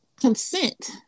consent